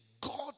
God